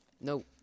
No